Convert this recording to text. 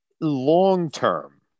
long-term